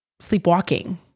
sleepwalking